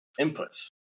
inputs